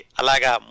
alaga